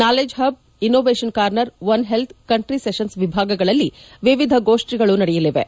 knowledge hub innovation corner one health country session ವಿಭಾಗಗಳಲ್ಲಿ ವಿವಿಧ ಗೋಷ್ಟಿಗಳು ನಡೆಯಲಿವೆ